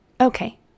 Okay